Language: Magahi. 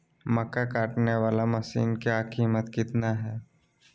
मक्का कटने बाला मसीन का कीमत कितना है?